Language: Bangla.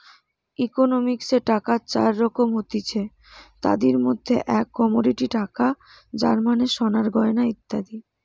ইকোনমিক্সে টাকার চার রকম হতিছে, তাদির মধ্যে এক কমোডিটি টাকা যার মানে সোনার গয়না ইত্যাদি